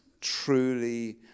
truly